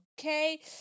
okay